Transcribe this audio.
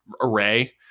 array